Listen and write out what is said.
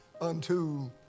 unto